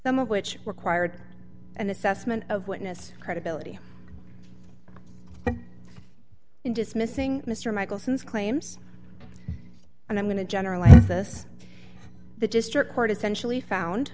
some of which required an assessment of witness credibility in dismissing mr michelson's claims and i'm going to generalize this the district court essentially found